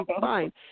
fine